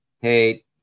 hey